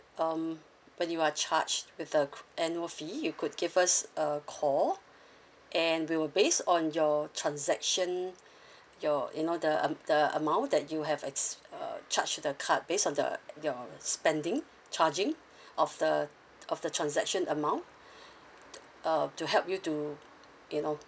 um when you are charged with a cr~ annual fee you could give us a call and we'll based on your transaction your you know the um the amount that you have ex~ uh charged the card based on the your spending charging of the of the transaction amount uh to help you to you know